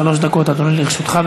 שלוש דקות, אדוני, לרשותך.